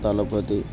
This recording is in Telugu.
దళపతి